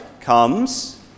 comes